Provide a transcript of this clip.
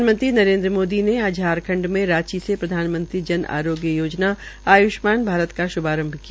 प्रधानमंत्री नरेन्द्र मोदी ने आज झारखंड में रांची से प्रधानमंत्री जन आरोग्य योजना आय्ष्मान भारत का श्भारंभ किया